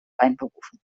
einberufen